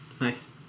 Nice